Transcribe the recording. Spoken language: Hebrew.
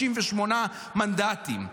68 מנדטים.